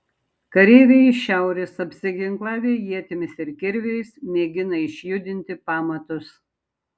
kareiviai iš šiaurės apsiginklavę ietimis ir kirviais mėgina išjudinti pamatus